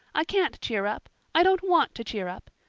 i can't cheer up i don't want to cheer up.